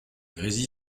grésy